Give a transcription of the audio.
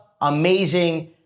Amazing